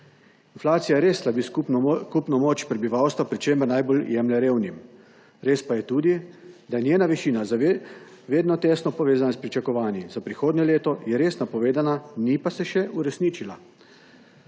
Inflacija res slabi kupno moč prebivalstva, pri čemer najbolj jemlje revnim, res pa je tudi, da je njena višina vedno tesno povezana s pričakovanji. Za prihodnje leto je res napovedana, ni pa se še uresničila.